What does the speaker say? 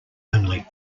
only